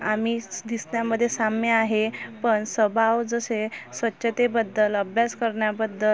आम्ही स दिसण्यामध्ये साम्य आहे पण स्वभाव जसे स्वच्छतेबद्दल अभ्यास करण्याबद्दल